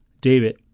David